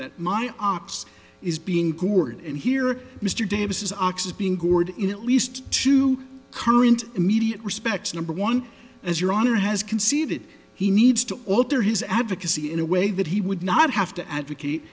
that my ox is being poor and here mr davis ox is being gored in at least two current immediate respects number one as your honor has conceded he needs to alter his advocacy in a way that he would not have to advocate